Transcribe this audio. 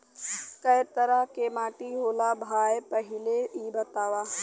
कै तरह के माटी होला भाय पहिले इ बतावा?